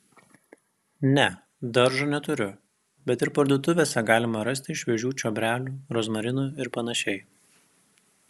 ne daržo neturiu bet ir parduotuvėse galima rasti šviežių čiobrelių rozmarinų ir panašiai